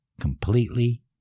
completely